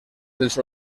dels